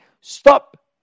stop